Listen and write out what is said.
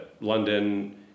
London